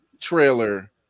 trailer